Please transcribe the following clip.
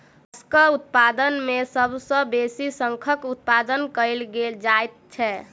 मोलास्कक उत्पादन मे सभ सॅ बेसी शंखक उत्पादन कएल जाइत छै